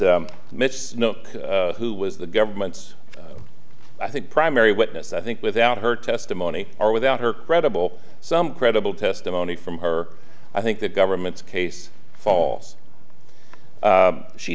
miss who was the government's i think primary witness i think without her testimony or without her credible some credible testimony from her i think the government's case fall